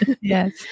yes